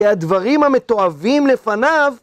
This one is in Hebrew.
את הדברים המתועבים לפניו